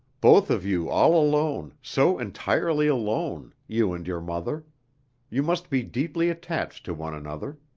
both of you all alone, so entirely alone, you and your mother you must be deeply attached to one another.